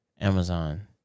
Amazon